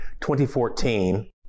2014